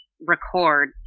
record